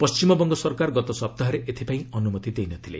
ପଶ୍ଚିମବଙ୍ଗ ସରକାର ଗତ ସପ୍ତାହରେ ଏଥିପାଇଁ ଅନୁମତି ଦେଇନଥିଲେ